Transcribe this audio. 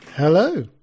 Hello